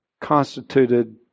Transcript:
constituted